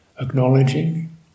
acknowledging